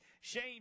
shane